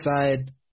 side